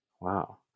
Wow